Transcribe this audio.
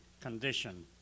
condition